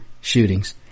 shootings